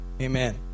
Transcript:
Amen